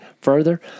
further